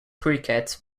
cricket